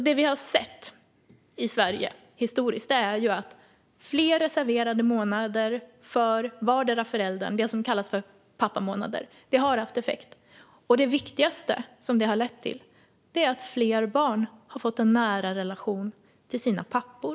Det vi har sett i Sverige historiskt är att fler reserverade månader för vardera föräldern, det som kallas pappamånader, har haft effekt. Det viktigaste detta har lett till är att fler barn har fått en nära relation till sina pappor.